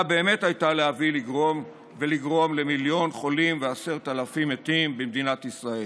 באמת לגרום למיליון חולים ועשרת אלפים מתים במדינת ישראל?